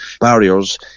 barriers